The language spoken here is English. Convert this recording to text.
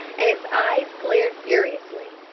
and its eyes glared furiously.